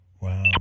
Wow